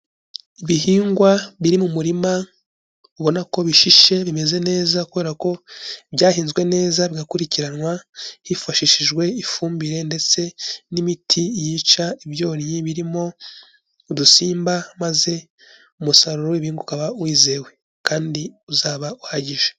Ibihingwa biri mu murima ubona ko bishishe, bimeze neza kubera ko byahinzwe neza bigakurikiranwa hifashishijwe ifumbire ndetse n'imiti yica ibyonnyi birimo udusimba maze umusaruro w'ibihingwa ukaba wizewe kandi uzaba uhagije.